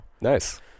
Nice